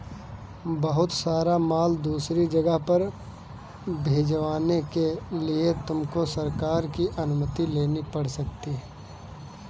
बहुत सारा माल दूसरी जगह पर भिजवाने के लिए तुमको सरकार की अनुमति लेनी पड़ सकती है